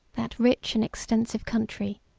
that rich and extensive country,